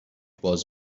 باز